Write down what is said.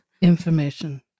information